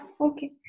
Okay